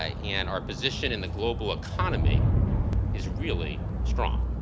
ah and our position in the global economy is really strong.